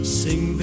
sing